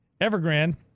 Evergrande